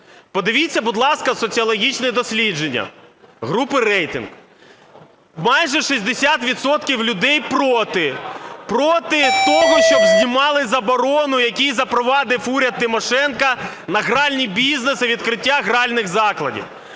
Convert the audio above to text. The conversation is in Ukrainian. Подивіться, будь ласка, соціологічне дослідження групи "Рейтинг": майже 60 відсотків людей проти, проти того, щоб знімали заборону, яку запровадив уряд Тимошенко на гральний бізнес і відкриття гральних закладів.